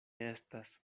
estas